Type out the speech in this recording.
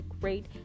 great